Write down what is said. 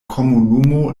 komunumo